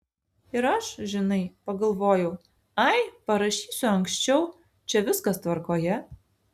ir aš žinai pagalvojau ai parašysiu anksčiau čia viskas tvarkoje